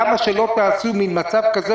למה שלא תעשו מעין מצב כזה,